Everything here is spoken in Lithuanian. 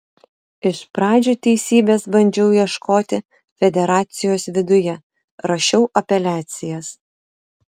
iš pradžių teisybės bandžiau ieškoti federacijos viduje rašiau apeliacijas